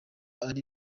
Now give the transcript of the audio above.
ari